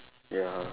ya